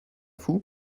fous